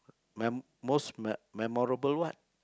my most my me~ memorable what